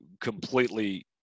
completely